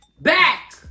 back